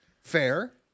Fair